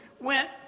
went